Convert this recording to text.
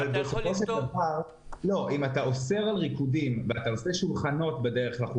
אתה יכול --- אם אתה אוסר על ריקודים אז זה יכול לעזור.